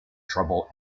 trouble